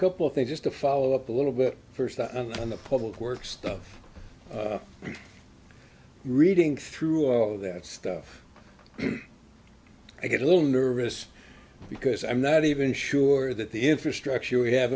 couple things just to follow up a little bit first on the public works stuff and reading through all that stuff i get a little nervous because i'm not even sure that the infrastructure we have